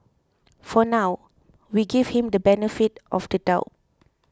for now we give him the benefit of the doubt